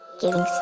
giving